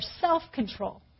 self-control